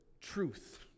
truth